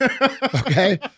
Okay